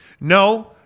No